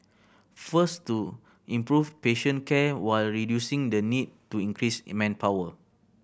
first to improve patient care while reducing the need to increase in manpower